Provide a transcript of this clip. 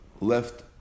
Left